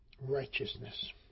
righteousness